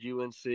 UNC